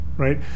Right